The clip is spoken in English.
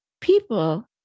people